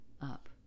up